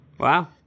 Wow